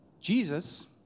Jesus